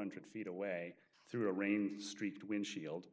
hundred feet away through a rain streaked windshield